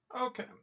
Okay